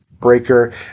breaker